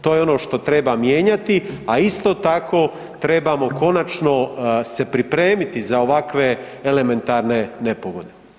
To je ono što treba mijenjati, a isto tako trebamo konačno se pripremiti za ovakve elementarne nepogode.